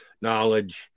knowledge